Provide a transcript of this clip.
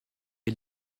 est